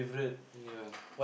yeah